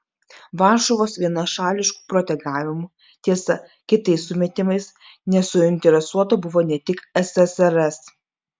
varšuvos vienašališku protegavimu tiesa kitais sumetimais nesuinteresuota buvo ne tik ssrs